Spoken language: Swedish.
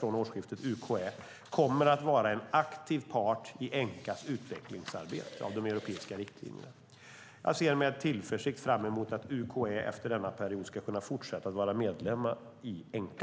från årsskiftet UKÄ - kommer att vara en aktiv part i Enqas utvecklingsarbete med de europeiska riktlinjerna. Jag ser med tillförsikt fram emot att UKÄ efter denna period ska kunna fortsätta att vara medlem i Enqa.